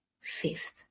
fifth